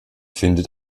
findet